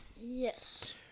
Yes